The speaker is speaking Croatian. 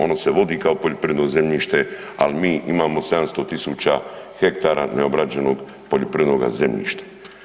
Ono se vodi kao poljoprivredno zemljište, ali mi imamo 700 tisuća hektara neobrađenog poljoprivrednoga zemljišta.